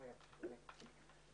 זה: